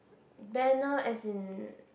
banner as in